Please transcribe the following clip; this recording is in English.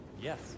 Yes